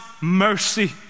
mercy